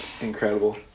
Incredible